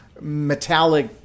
metallic